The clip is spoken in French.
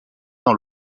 dans